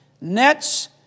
nets